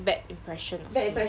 bad impression of him